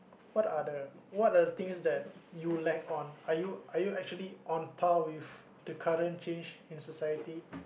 what are the what are the things that you lack on are you are you actually on par with the current change in society